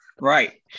right